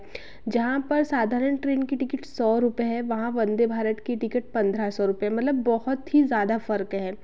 जहाँ पर साधारण ट्रेन की टिकिट सौ रुपये है वहाँ वंदे भारत की टिकट पंद्रह सौ रुपए मतलब बहुत ही ज़्यादा फ़र्क है